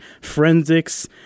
forensics